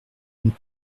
une